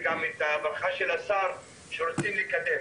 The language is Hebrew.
שמעתי גם את השר שרוצה לקדם.